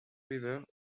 river